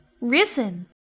risen